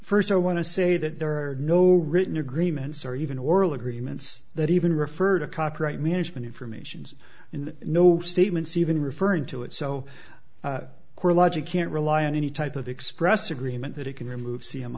first i want to say that there are no written agreements or even oral agreements that even refer to copyright management informations in the no statements even referring to it so core logic can't rely on any type of express agreement that it can remove c m